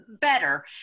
better